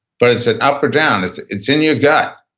but is it up or down? it's it's in your gut,